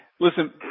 listen